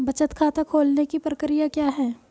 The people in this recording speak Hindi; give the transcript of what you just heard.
बचत खाता खोलने की प्रक्रिया क्या है?